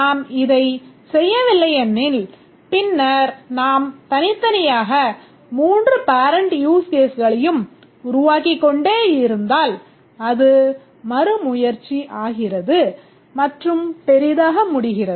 நாம் இதைச் செய்யவில்லையெனில் பின்னர் நாம் தனித்தனியாக மூன்று parent use caseளையும் உருவாக்கிக்கொண்டே இருந்தால் அது மறுமுயற்சியாகிறது மற்றும் பெரிதாக முடிகிறது